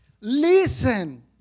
Listen